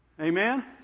Amen